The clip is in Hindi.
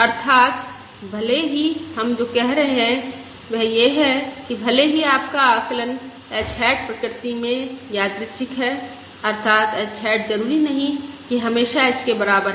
अर्थात भले ही हम जो कह रहे हैं वह यह है कि भले ही आपका आकलन h हैट प्रकृति में यादृच्छिक है अर्थात h हैट जरूरी नहीं कि हमेशा h के बराबर है